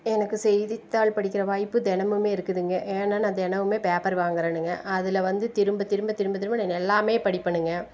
எனக்கு செய்தித்தாள் படிக்கிற வாய்ப்பு தினமுமே இருக்குதுங்க ஏன்னா நான் தினமுமே பேப்பர் வாங்குகிறணுங்க அதில் வந்து திரும்ப திரும்ப திரும்ப திரும்ப நானு எல்லாமே படிப்பணுங்க